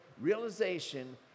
realization